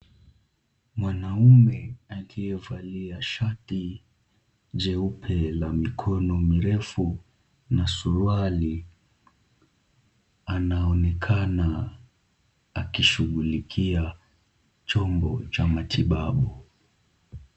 Mwanamume aliyevalia shati jeupe la mikono mirefu na suruali anaoenakana akishughulikia chombo cha matibabu.